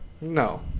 No